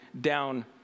down